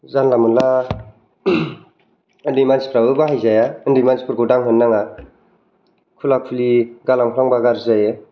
जानला मानला उन्दै मानसिफ्राबो बाहाय जाया उन्दै मानसिफोरखौ दांहोनो नाङा खुला खुलि गालांफ्लांबा गाज्रि जायो